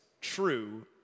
true